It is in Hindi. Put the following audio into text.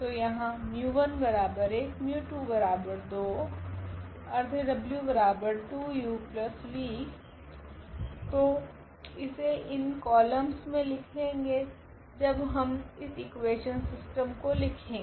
तो यहाँ तो इसे इन कॉलमस मे लिखेगे जब हम इस इकुवेशन सिस्टम को लिखेगे